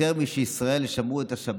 יותר משישראל שמרו את השבת,